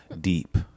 deep